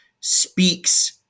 speaks